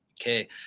okay